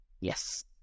Yes